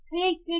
created